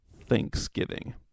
thanksgiving